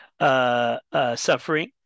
suffering